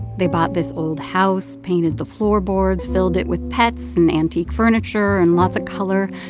they bought this old house, painted the floorboards, filled it with pets and antique furniture and lots of color.